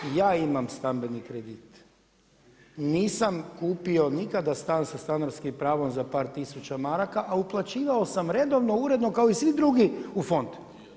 Ja imam stambeni kredit, nisam kupio nikada stan sa stanarskim pravom za par tisuća maraka a uplaćivao sam redovno, uredno kao i svi drugi u fond.